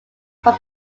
from